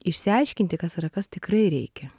išsiaiškinti kas yra kas tikrai reikia